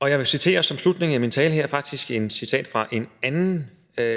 og øget retssikkerhed. Som afslutning på min tale her vil jeg citere fra en anden